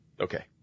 okay